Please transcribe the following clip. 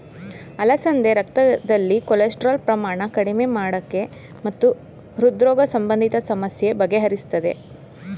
ಅಲಸಂದೆ ರಕ್ತದಲ್ಲಿ ಕೊಲೆಸ್ಟ್ರಾಲ್ ಪ್ರಮಾಣ ಕಡಿಮೆ ಮಾಡಕೆ ಮತ್ತು ಹೃದ್ರೋಗ ಸಂಬಂಧಿತ ಸಮಸ್ಯೆ ಬಗೆಹರಿಸ್ತದೆ